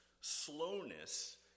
slowness